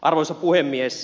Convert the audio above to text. arvoisa puhemies